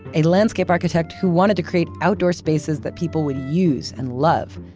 a landscape architect who wanted to create outdoor spaces that people would use and love.